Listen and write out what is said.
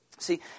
See